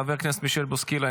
חבר הכנסת מישל בוסקילה,